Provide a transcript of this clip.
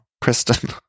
Kristen